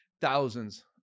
thousands